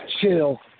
Chill